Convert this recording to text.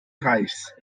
reichs